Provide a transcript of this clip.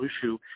issue